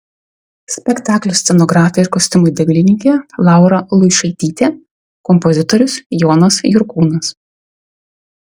spektaklio scenografė ir kostiumų dailininkė laura luišaitytė kompozitorius jonas jurkūnas